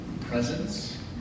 presence